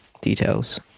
details